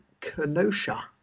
Kenosha